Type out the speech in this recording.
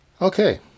Okay